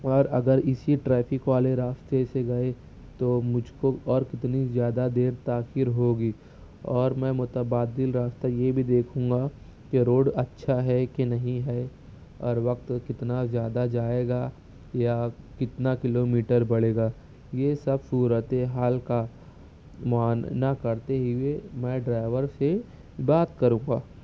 اور اگر اسی ٹریفک والے راستے سے گئے تو مجھ کو اور کتنی زیادہ دیر تاخیر ہوگی اور میں متبادل راستہ یہ بھی دیکھوں گا کہ روڈ اچھا ہے کہ نہیں ہے اور وقت کتنا زیادہ جائے گا یا کتنا کلو میٹر بڑھے گا یہ سب صورت حال کا معائنہ کرتے ہوئے میں ڈرائیور سے بات کروں گا